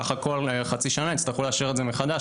ככה כל חצי שנה יצטרכו לאשר את זה מחדש,